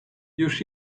już